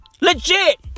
Legit